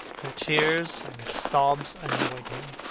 her tears and sobs annoyed him.